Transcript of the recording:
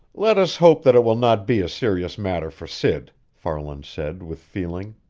let us hope that it will not be a serious matter for sid, farland said with feeling.